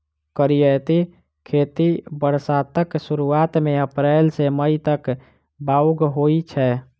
करियौती खेती बरसातक सुरुआत मे अप्रैल सँ मई तक बाउग होइ छै